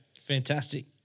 Fantastic